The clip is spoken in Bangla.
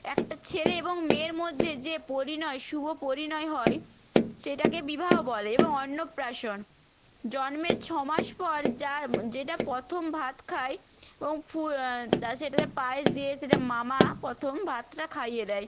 একটা ছেলে এবং মেয়ের মধ্যে যে পরিণয় শুভ পরিণয় হয় সেটাকে বিবাহ বলে এবং অন্নপ্রাশন জন্মের ছ মাস পর যা যেটা প্রথম ভাত খায় এবং ফু তা সেটাতে পায়েস দিয়ে সেটা মামা প্রথম ভাতটা খাইয়ে দেয়